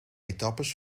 etappes